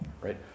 right